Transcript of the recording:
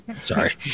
sorry